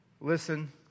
listen